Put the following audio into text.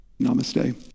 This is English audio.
Namaste